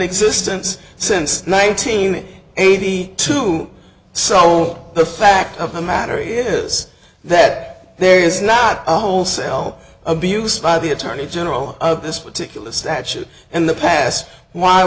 existence since nineteen eighty two so the fact of the matter is that there is not wholesale abuse by the attorney general on this particular statute and the past why